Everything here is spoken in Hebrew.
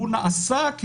מאוד.